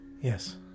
yes